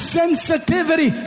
sensitivity